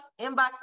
inbox